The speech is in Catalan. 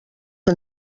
que